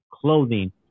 clothing